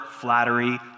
flattery